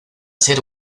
ser